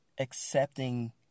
accepting